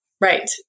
right